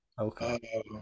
Okay